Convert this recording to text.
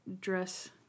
dress